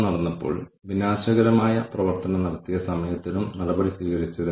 ആളുകൾ അവരുടെ നേതാക്കളെ എങ്ങനെ കാണുന്നു തുടങ്ങിയവ വിലയിരുത്താം